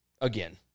Again